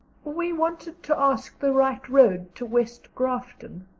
we wanted to ask the right road to west grafton,